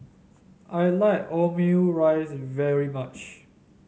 I like Omurice very much